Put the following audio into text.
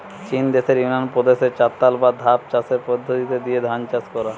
চিন দেশের ইউনান প্রদেশে চাতাল বা ধাপ চাষের পদ্ধোতি লিয়ে ধান চাষ কোরা